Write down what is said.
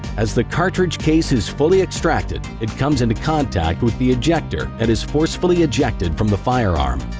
as the cartridge case is fully extracted, it comes into contact with the ejector and is forcefully ejected from the firearm.